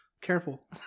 careful